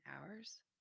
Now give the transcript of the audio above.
hours